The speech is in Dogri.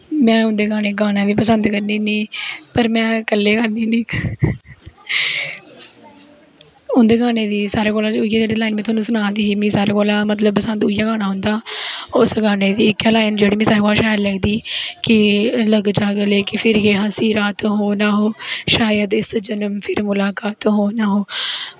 में उंदे गाने गाना बी पसंद करनी होनी पर में कल्ले गानी होनी उंदे गानें गी सारें कोला इयै जेह्ड़ी लाईन में सना दी ही मिगी सारें कोला पसंद इयै गाना उंदा और उस गाने दी इक्कै लाईन जेह्ड़ी मिगी सारें कोला शैल लगदी कि लगजा गले कि फिर जे हंसी रात हो ना हो शायद इस जन्म मुलाकात फिर हो ना हो